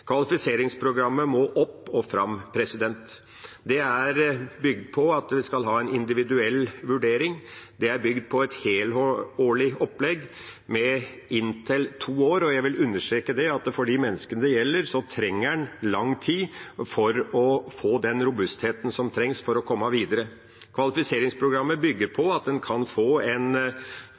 Kvalifiseringsprogrammet må opp og fram. Det er bygd på at en skal ha en individuell vurdering, og det er bygd på et helårig opplegg, for inntil to år. Jeg vil understreke at for de menneskene det gjelder, trenger en lang tid for å få den robustheten som trengs for å komme videre. Kvalifiseringsprogrammet bygger på at en kan få